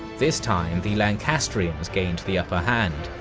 this time the lancastrians gained the upper hand,